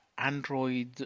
Android